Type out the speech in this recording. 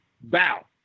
Bow